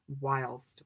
whilst